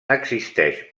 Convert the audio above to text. existeix